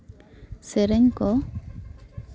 ᱥᱮᱨᱮᱧ ᱠᱚ